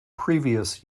previous